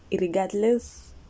regardless